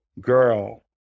girl